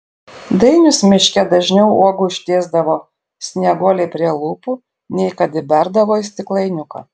dainius miške dažniau uogų ištiesdavo snieguolei prie lūpų nei kad įberdavo į stiklainiuką